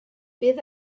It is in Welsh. bydd